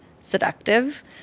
seductive